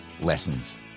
lessons